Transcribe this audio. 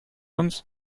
uns